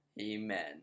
Amen